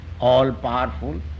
All-powerful